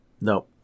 No